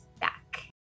back